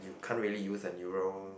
you can't really use a neural